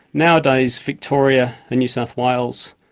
nowadays victoria and new south wales,